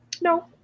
no